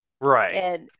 Right